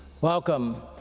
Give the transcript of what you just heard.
Welcome